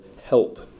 help